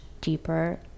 deeper